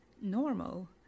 normal